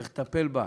צריך לטפל בה.